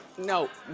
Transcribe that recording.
no.